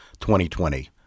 2020